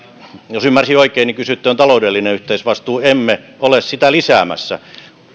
jos ymmärsin oikein kysyttiin on taloudellinen yhteisvastuu emme ole sitä lisäämässä